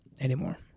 anymore